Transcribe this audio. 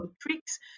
tricks